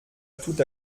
tout